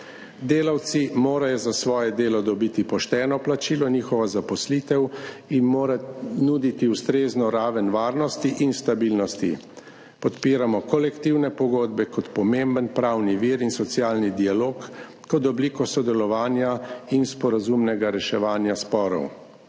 Delavci morajo za svoje delo dobiti pošteno plačilo, njihova zaposlitev jim mora nuditi ustrezno raven varnosti in stabilnosti. Podpiramo kolektivne pogodbe kot pomemben pravni vir in socialni dialog kot obliko sodelovanja in sporazumnega reševanja sporov.